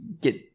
get